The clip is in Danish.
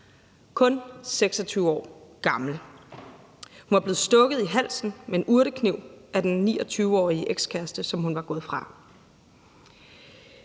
kun 26 år gammel. Hun var blevet stukket i halsen med en urtekniv af den 29-årige ekskæreste, som hun var gået fra.